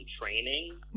training